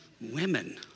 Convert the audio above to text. Women